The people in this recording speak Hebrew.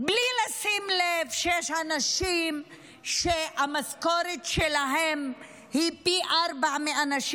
בלי לשים לב שיש אנשים שהמשכורת שלהם היא פי ארבעה מאנשים